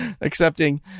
accepting